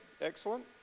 Excellent